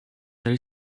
there